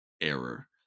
error